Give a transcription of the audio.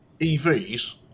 EVs